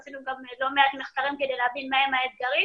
עשינו גם לא מעט מחקרים כדי להבין מה הם האתגרים.